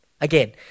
Again